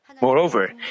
Moreover